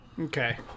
Okay